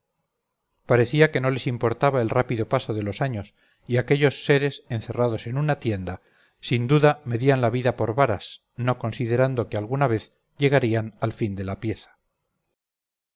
parecía que no les importaba el rápido paso de los años y aquellos seres encerrados en una tienda sin duda medían la vida por varas no considerando que alguna vez llegarían al fin de la pieza